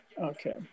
Okay